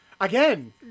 Again